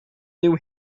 new